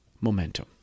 momentum